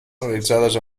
realitzades